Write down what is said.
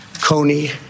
Coney